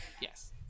Yes